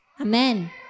Amen